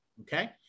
Okay